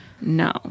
No